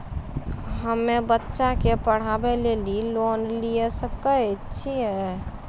हम्मे बच्चा के पढ़ाई लेली लोन लिये सकय छियै?